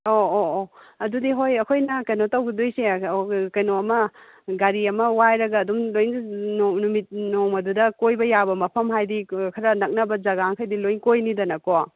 ꯑꯣ ꯑꯣ ꯑꯣ ꯑꯗꯨꯗꯤ ꯍꯣꯏ ꯑꯩꯈꯣꯏꯅ ꯀꯩꯅꯣ ꯇꯧꯒꯗꯣꯏꯁꯦ ꯀꯩꯅꯣ ꯑꯃ ꯒꯥꯔꯤ ꯑꯃ ꯋꯥꯏꯔꯒ ꯑꯗꯨꯝ ꯂꯣꯏ ꯅꯨꯃꯤꯠ ꯅꯣꯡꯃꯗꯨꯗ ꯀꯣꯏꯕ ꯌꯥꯕ ꯃꯐꯝ ꯍꯥꯏꯗꯤ ꯈꯔ ꯅꯛꯅꯕ ꯖꯒꯥꯃꯈꯩꯗꯤ ꯂꯣꯏꯅ ꯀꯣꯏꯅꯤꯗꯅꯀꯣ